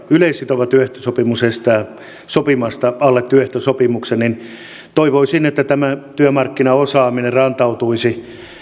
yleissitova työehtosopimus estää sopimasta alle työehtosopimuksen niin toivoisin että tämä työmarkkinaosaaminen rantautuisi